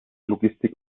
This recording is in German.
logistik